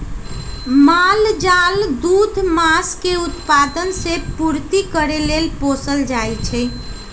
माल जाल दूध, मास के उत्पादन से पूर्ति करे लेल पोसल जाइ छइ